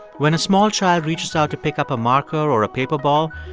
when a small child reaches out to pick up a marker or a paper ball,